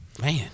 Man